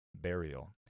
burial